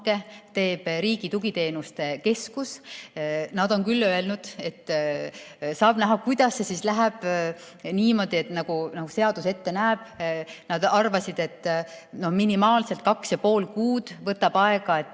teeb Riigi Tugiteenuste Keskus. Nad on küll öelnud, et saab näha, kas see siis läheb niimoodi, nagu seadus ette näeb. Nad arvasid, et minimaalselt kaks ja pool kuud võtab aega, et